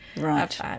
right